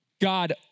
God